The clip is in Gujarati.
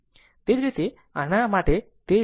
તે જ રીતે આના માટે તે જ આ ઢાળ છે